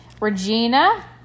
Regina